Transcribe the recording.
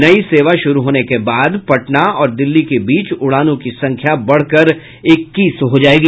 नई सेवा शुरू होने के बाद पटना और दिल्ली के बीच उड़ानों की संख्या बढ़कर इक्कीस हो जायेगी